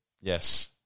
yes